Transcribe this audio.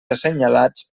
assenyalats